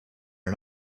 are